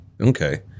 Okay